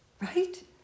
right